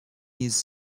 used